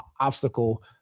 obstacle